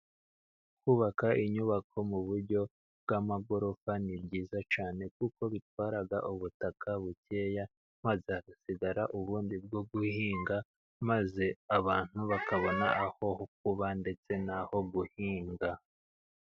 Kubaka inyubako mu buryo bw'amagorofa ni byiza cyane kuko bitwara ubutaka bukeya, maze hagasigara ubundi bwo guhinga, maze abantu bakabona aho kuba ndetse n'aho guhinga.